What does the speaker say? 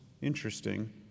interesting